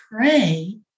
pray